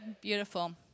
Beautiful